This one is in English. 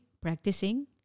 practicing